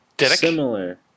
Similar